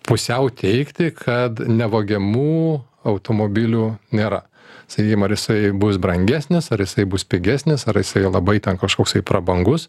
pusiau teigti kad nevogiamų automobilių nėra sakykim ar jisai bus brangesnis ar jisai bus pigesnis ar jisai jau labai ten kažkoksai prabangus